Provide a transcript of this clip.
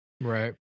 Right